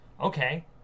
okay